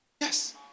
Yes